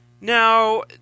Now